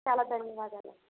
చాలా ధన్యవాదాలు